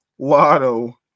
lotto